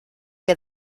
que